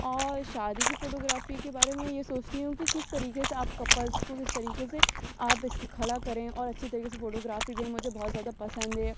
اور شادی کی فوٹوگرافی کے بارے میں یہ سوچتی ہوں کی کس طریقے سے آپ کپلسز کو کس طریقے سے اس کھڑا کریں اور اچھی طریقے سے فوٹوگرافی بھی مجھے بہت زیادہ پسند ہے